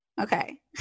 Okay